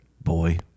Boy